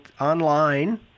online